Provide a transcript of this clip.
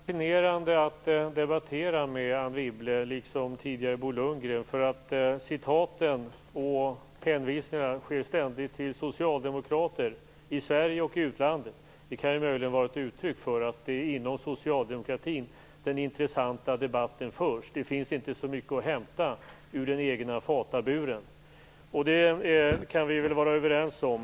Herr talman! Det är fascinerande att debattera med Anne Wibble liksom med Bo Lundgren, som jag tidigare debatterade med. Citaten och hänvisningarna kommer ständigt från socialdemokrater i Sverige och i utlandet. Det kan möjligen vara ett uttryck för att det är inom socialdemokratin som den intressanta debatten förs; det finns inte så mycket att hämta ur den egna fataburen. Och det kan vi väl vara överens om.